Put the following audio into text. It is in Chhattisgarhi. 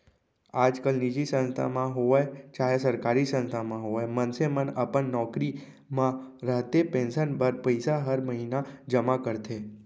आजकाल निजी संस्था म होवय चाहे सरकारी संस्था म होवय मनसे मन अपन नौकरी म रहते पेंसन बर पइसा हर महिना जमा करथे